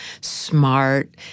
smart